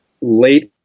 late